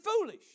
foolish